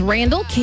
Randall